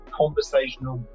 conversational